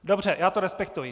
Dobře, já to respektuji.